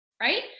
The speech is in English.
right